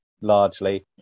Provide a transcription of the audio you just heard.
largely